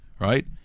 right